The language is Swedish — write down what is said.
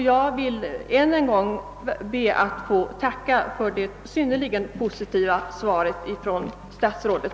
Jag vill än en gång tacka för det synnerligen positiva svaret.